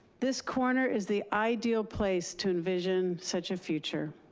this corner is the ideal place to envision such a future.